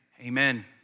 amen